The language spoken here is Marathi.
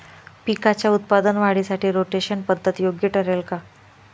पिकाच्या उत्पादन वाढीसाठी रोटेशन पद्धत योग्य ठरेल का?